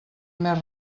més